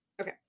Okay